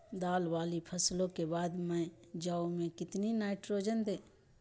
दाल वाली फसलों के बाद में जौ में कितनी नाइट्रोजन दें?